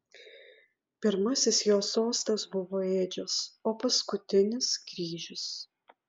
pirmasis jo sostas buvo ėdžios o paskutinis kryžius